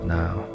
now